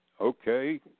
okay